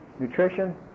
nutrition